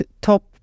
top